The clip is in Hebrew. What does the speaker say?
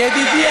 ידידי,